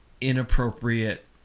inappropriate